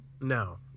no